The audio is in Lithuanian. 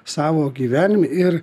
savo gyvenime ir